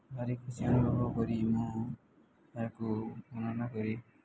ଭାରି ଖୁସି ଅନୁଭବ କରି ମୁଁ ଏହାକୁ ବର୍ଣ୍ଣନା କରି